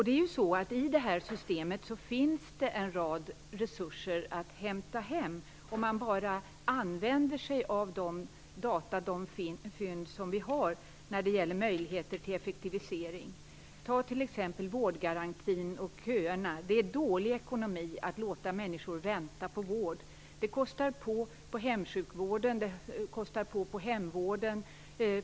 Det finns en rad resurser att hämta hem i det här systemet, om man bara använder sig av de data vi har när det gäller möjligheter till effektivisering. Ta t.ex. vårdgarantin och köerna. Det är dålig ekonomi att låta människor vänta på vård. Det kostar på för hemsjukvård och hemvård.